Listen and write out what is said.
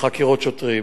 מחקירות שוטרים,